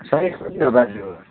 size कति हो बाजेको